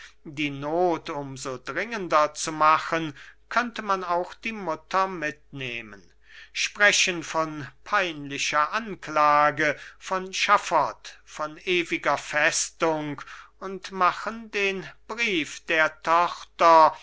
fest die noth um so dringender zu machen könnte man auch die mutter mitnehmen sprechen von peinlicher anklage von schaffot von ewiger festung und machen den brief der tochter